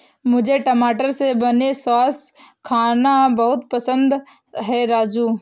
मुझे टमाटर से बने सॉस खाना बहुत पसंद है राजू